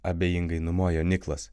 abejingai numojo niklas